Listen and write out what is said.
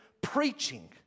preaching